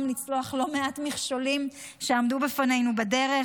לצלוח לא מעט מכשולים שעמדו בפנינו בדרך,